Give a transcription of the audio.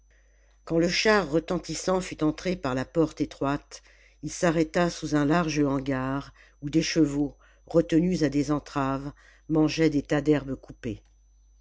qjaand le char retentissant fut entré par la porte étroite il s'arrêta sous un large hangar où des chevaux retenus à des entraves mangeaient des tas d'herbes coupées